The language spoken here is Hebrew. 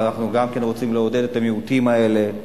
ואנחנו גם כן רוצים לעודד את המיעוטים האלה,